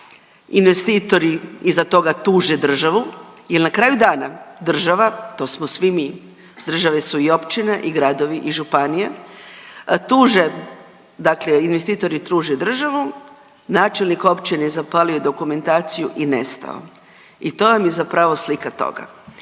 Investitori iza toga tuže državu jel na kraju dana država, to smo svi mi, država su i općine i gradovi i županije, tuže dakle investitori tuže državu, načelnik općine je zapalio dokumentaciju i nestao i to vam je zapravo slika toga.